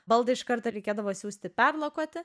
baldą iš karto reikėdavo siųsti perlakuoti